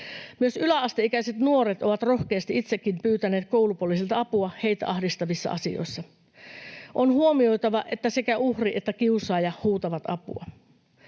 Myös yläasteikäiset nuoret ovat rohkeasti itsekin pyytäneet koulupoliisilta apua heitä ahdistavissa asioissa. On huomioitava, että sekä uhri että kiusaaja huutavat apua.